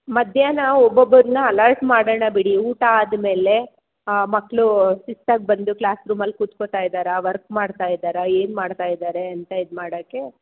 ಮಧ್ಯಾಹ್ನ ಒಬ್ಬ ಒಬ್ರನ್ನು ಅಲರ್ಟ್ ಮಾಡೋಣ ಬಿಡಿ ಊಟ ಆದ ಮೇಲೆ ಮಕ್ಕಳು ಶಿಸ್ತಾಗಿ ಬಂದು ಕ್ಲಾಸ್ ರೂಮಲ್ಲಿ ಕೂತ್ಕೊಳ್ತ ಇದ್ದಾರಾ ವರ್ಕ್ ಮಾಡ್ತಾ ಇದ್ದಾರಾ ಏನು ಮಾಡ್ತಾ ಇದ್ದಾರೆ ಅಂತ ಇದು ಮಾಡೋಕ್ಕೆ